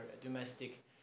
domestic